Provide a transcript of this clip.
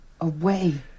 Away